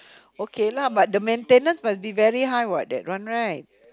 okay lah but the maintenance must be very high what that one right